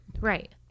Right